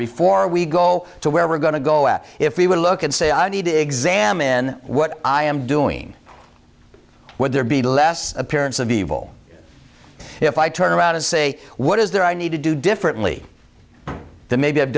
before we go to where we're going to go and if we would look and say i need to examine what i am doing would there be less appearance of evil if i turn around and say what is there i need to do differently to maybe